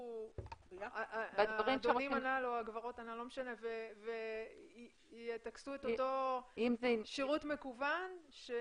ישבו הגברים הנ"ל או הגברות הנ"ל ויטכסו את אותו שירות מקוון שהוא